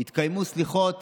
יתקיימו סליחות